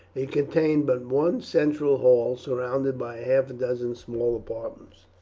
it contained but one central hall surrounded by half a dozen small apartments.